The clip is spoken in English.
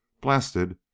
blasted